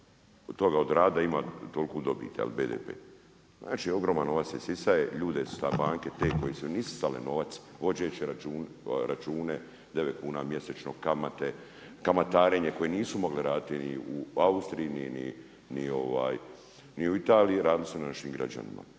toga odraditi da ima toliku dobit jel, BDP. Znači ogroman novac se isisava…/Govornik se ne razumije./ te koje su im isisale novac vodivši račune 9 kuna mjesečno kamate, kamatarenje koje nisu mogle raditi u Austriji ni u Italiji, radili su našim građanima.